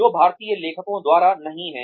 जो भारतीय लेखकों द्वारा नहीं हैं